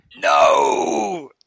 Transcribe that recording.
No